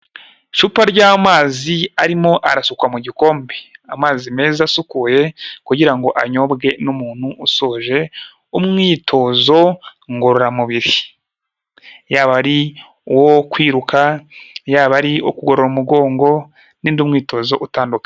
Icupa ry'amazi arimo arasukwa mu gikombe, amazi meza asukuye kugira ngo anyobwe n'umuntu usoje umwitozo ngororamubiri, yaba ari uwo kwiruka, yaba ari ukugorora umugongo n'undi mwitozo utandukanye...